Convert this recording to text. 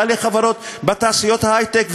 בעלי חברות בתעשיות ההיי-טק,